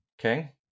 Okay